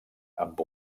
amb